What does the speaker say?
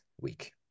week